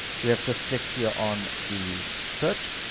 we have just clicked here on the search.